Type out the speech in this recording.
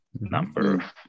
number